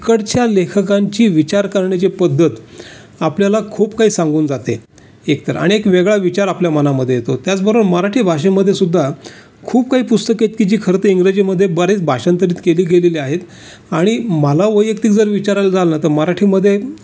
तिकडच्या लेखकांची विचार करण्याची पद्धत आपल्याला खूप काही सांगून जाते एक तर आणि एक वेगळा विचार आपल्या मनामध्ये येतो त्याचबरोबर मराठी भाषेमध्ये सुद्धा खूप काही पुस्तकं आहेत की जी खरं तर इंग्रजीमध्ये बरीच भाषांतरित केली गेलेली आहेत आणि मला वैयक्तिक जर विचारायला जाल ना तर मराठीमध्ये